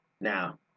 Now